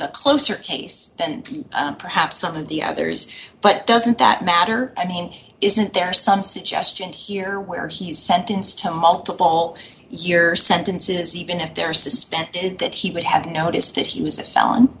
a closer case than perhaps some of the others but doesn't that matter i mean isn't there some suggestion here where he's sentenced to multiple year sentences even if they're suspected that he would have noticed that he was a felon